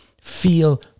feel